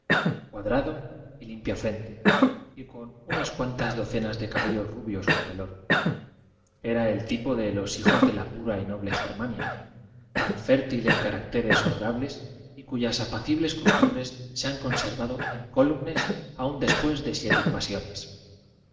cuadrada y limpia frente y con unas cuantas docenas de cabellos rubios como el oro era el tipo de los hijos de la pura y noble germania tan fértil en caracteres hono rables y cuyas apacibles costumbres se han conservado para españa para el extranjero incólumes aun después de siete invasiones